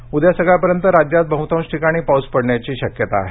हवामान उद्या सकाळपर्यंत राज्यात बह्तांश ठिकाणी पाऊस पडण्याची शक्यता आहे